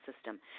system